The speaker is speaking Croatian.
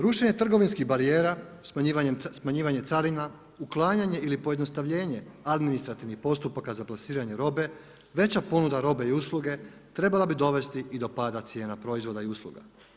Rušenje trgovinskih barijera, smanjivanje carina, uklanjanje ili pojednostavljenje administrativnih postupaka za plasiranje robe, veća ponuda robe i usluge trebala bi dovesti i do pada cijena proizvoda i usluga.